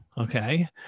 okay